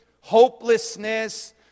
hopelessness